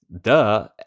Duh